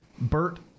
Bert